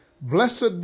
Blessed